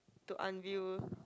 to unveil